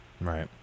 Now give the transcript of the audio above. Right